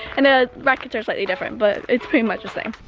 and the rackets are slightly different but it's pretty much the same.